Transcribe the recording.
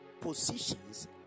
positions